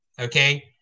okay